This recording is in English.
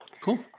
Cool